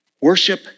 Worship